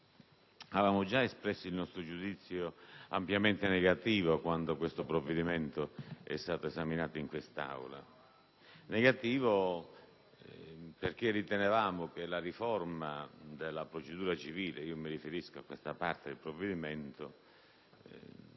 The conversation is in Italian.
avevamo già espresso il nostro giudizio ampiamente negativo quando questo provvedimento è stato esaminato in prima lettura dal Senato. Giudizio negativo perché ritenevamo che la riforma della procedura civile - mi riferisco a questa parte del provvedimento